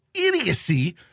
idiocy